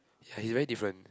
ya he's very different